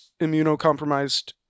immunocompromised